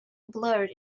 blurred